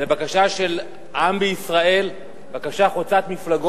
אלא בקשה של העם בישראל, בקשה חוצת-מפלגות,